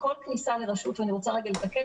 בכל כניסה לרשות, ואני רוצה רגע לתקן.